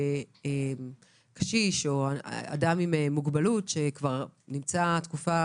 שקשיש או אדם עם מוגבלות, שכבר נמצא תקופה